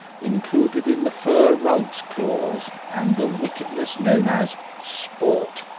included in the fur rugs clause, and the wickedness known as sport,